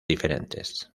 diferentes